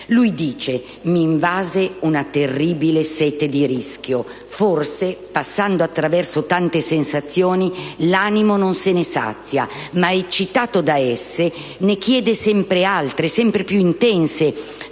«Mi invase una terribile sete di rischio. Forse, passando attraverso tante sensazioni, l'animo non se ne sazia, ma eccitato da esse, ne chiede sempre altre, sempre più intense,